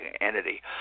entity